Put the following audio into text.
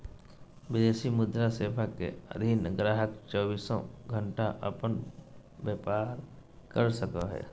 विदेशी मुद्रा सेवा के अधीन गाहक़ चौबीसों घण्टा अपन व्यापार कर सको हय